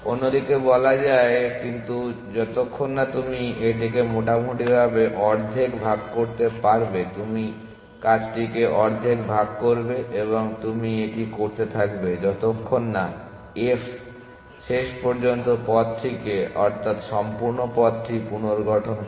অন্যদিকে বলা যায় কিন্তু যতক্ষণ না তুমি এটিকে মোটামুটিভাবে অর্ধেক ভাগ করতে পারবে তুমি কাজটিকে অর্ধেক ভাগ করবে এবং তুমি এটি করতে থাকবে যতক্ষণ না f শেষ পর্যন্ত পথটিকে অর্থাৎ সম্পূর্ণ পথটি পুনর্গঠন করে